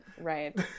right